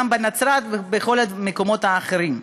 גם בנצרת ובכל המקומות האחרים.